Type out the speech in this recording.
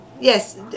Yes